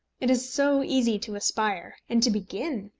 it is so easy to aspire and to begin!